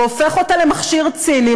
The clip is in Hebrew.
והופך אותה למכשיר ציני,